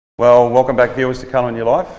well welcome back viewers to color in your life,